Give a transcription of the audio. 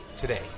today